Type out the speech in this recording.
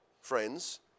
friends